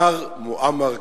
מר מועמר קדאפי.